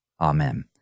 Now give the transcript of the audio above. Amen